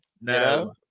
No